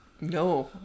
no